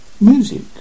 music